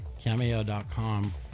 cameo.com